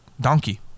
donkey